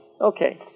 Okay